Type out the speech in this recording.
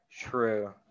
True